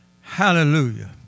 Hallelujah